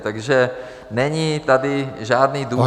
Takže není tady žádný důvod